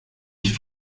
ich